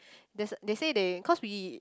there's a they say they cause we